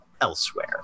elsewhere